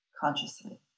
consciously